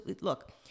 look